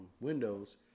Windows